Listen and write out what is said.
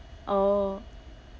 oh